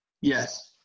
Yes